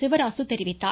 சிவராசு தெரிவித்தார்